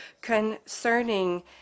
concerning